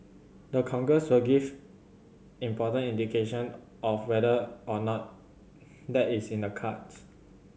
the Congress will give important indication of whether or not that is in the cards